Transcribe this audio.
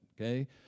okay